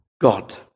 God